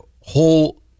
whole